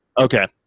okay